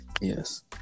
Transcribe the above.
Yes